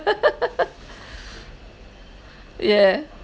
yeah